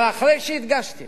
אבל אחרי שהדגשתי